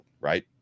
right